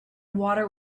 water